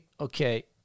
Okay